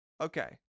Okay